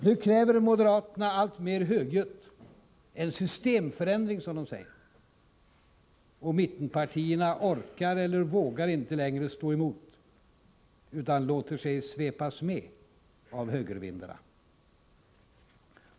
Nu kräver moderaterna alltmer högljutt en systemförändring, som de säger, och mittenpartierna orkar eller vågar inte längre stå emot utan låter sig svepas med av högervindarna.